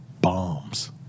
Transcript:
bombs